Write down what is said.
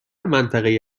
منطقهای